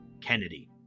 Kennedy